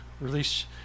release